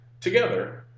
together